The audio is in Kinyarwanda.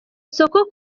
soko